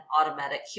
automatic